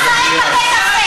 תירגעי.